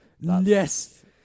Yes